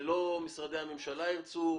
שמשרדי הממשלה לא ירצו,